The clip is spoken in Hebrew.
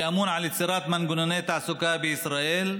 שאמון על יצירת מנגנוני תעסוקה בישראל,